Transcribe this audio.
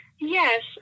Yes